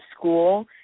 school